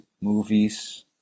movies